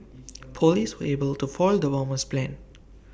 Police were able to foil the bomber's plans